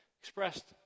expressed